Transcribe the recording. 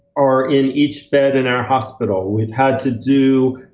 are in each bed in our hospital. we've had to do,